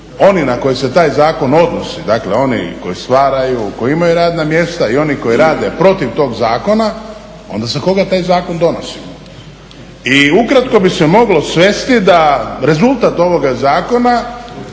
oni na koje se taj zakon odnosi, dakle oni koji stvaraju, koji imaju radna mjesta i oni koji rade protiv tog zakona, onda za koga taj zakon donosimo. I ukratko bi se moglo svesti da rezultat ovoga zakona